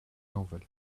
novel